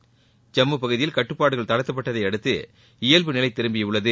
ஐம்மு பகுதியில் கட்டுபாடுகள் தளர்த்தப்பட்டதை அடுத்து இயல்பு நிலை திரும்பியுள்ளது